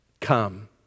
come